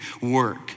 work